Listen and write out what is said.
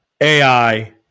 AI